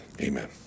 Amen